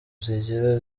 zigira